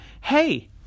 Hey